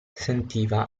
sentiva